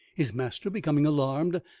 his master, becoming alarmed,